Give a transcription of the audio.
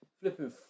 Flipping